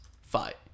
fight